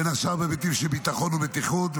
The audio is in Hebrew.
בין השאר בהיבטים של ביטחון ובטיחות.